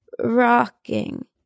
rocking